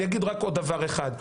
אני אגיד רק עוד דבר אחד.